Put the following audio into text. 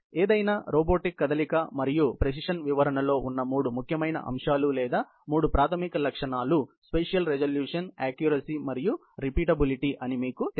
ఏదైనా రోబోటిక్ కదలిక మరియు ప్రెసిషన్ వివరణలో ఉన్న మూడు ముఖ్యమైన అంశాలు లేదా మూడు ప్రాథమిక లక్షణాలు స్పేషియల్ రిజుల్యూషన్ యాక్క్యురసీ మరియు రిపీటబిలిటీ అని మీకు తెలుసు